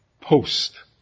post